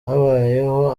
habayeho